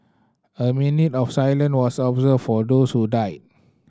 a minute of silence was observed for those who died